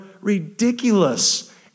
ridiculous